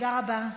תודה רבה.